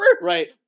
Right